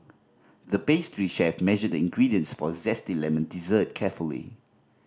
the pastry chef measured the ingredients for a zesty lemon dessert carefully